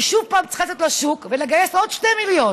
היא שוב צריכה לצאת לשוק ולגייס עוד 2 מיליון.